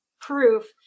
proof